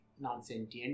non-sentient